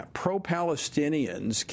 pro-Palestinians